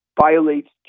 violates